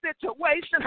situation